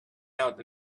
out